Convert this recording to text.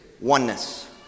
oneness